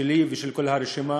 שלי ושל כל הרשימה,